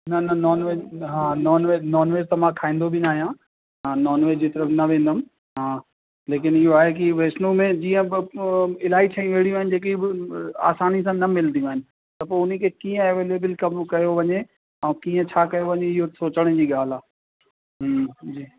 न न नॉनवेज हा नॉनवेज नॉनवेज त मां खाईंदो बि न आयां नॉनवेज जी तर्फ़ु न वेंदमि हा लेकिनि इहो आहे कि वैष्नो में जीअं इलाही शयूं अहिड़ी आहिनि जेकी आसानीअ सां न मिलंदियूं आहिनि त पोइ हुन खे कीअं एवेलेबिल कमु कयो वञे ऐं कीअं छा कयो वञे इहो सोचण जी ॻाल्हि आहे हम्म जी